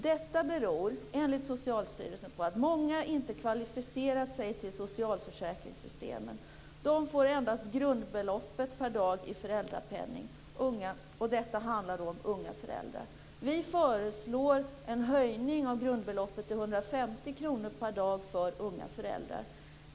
Detta beror, enligt Socialstyrelsen, på att många inte har kvalificerat sig till socialförsäkringssystemen. De får endast grundbeloppet om 60 kr per dag i föräldrapenning. Det handlar alltså om unga föräldrar. Vi föreslår en höjning av grundbeloppet till 150 kr per dag för unga föräldrar.